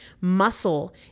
Muscle